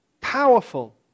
powerful